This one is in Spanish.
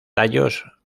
tallos